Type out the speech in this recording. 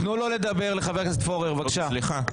תנו לחבר הכנסת פורר לדבר, בבקשה.